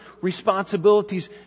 responsibilities